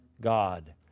God